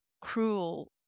cruel